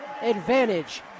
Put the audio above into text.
advantage